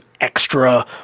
extra